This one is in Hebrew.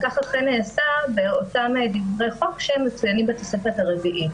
וכך אכן נעשה באותם דברי חוק שמצוינים בתוספת הרביעית.